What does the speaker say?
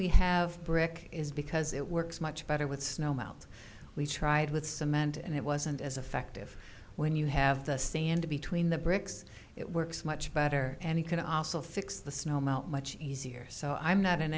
we have brick is because it works much better with snow melt we tried with cement and it wasn't as effective when you have to stand between the bricks it works much better and you can also fix the snow melt much easier so i'm not an